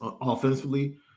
offensively